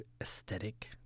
aesthetic